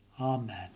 Amen